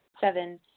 Seven